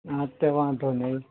હા તે વાંધો નહીં